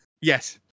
Yes